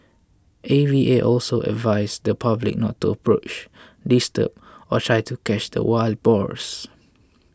A V A also advised the public not to approach disturb or try to catch the wild boars